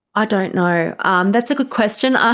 i don't know. um that's a good question! ah